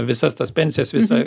visas tas pensijas visą